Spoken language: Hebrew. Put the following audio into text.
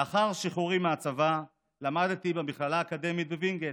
לאחר שחרורי מהצבא למדתי במכללה האקדמית בווינגייט,